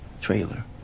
trailer